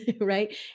right